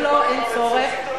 אם לא, אין צורך.